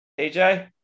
AJ